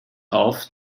auf